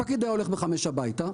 הפקיד היה הולך ב-17:00 הביתה,